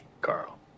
Carl